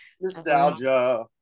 Nostalgia